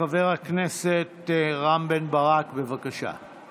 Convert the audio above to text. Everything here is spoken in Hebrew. חבר הכנסת רם בן ברק, בבקשה.